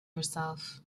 herself